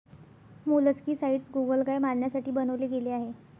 molluscicides गोगलगाय मारण्यासाठी बनवले गेले आहे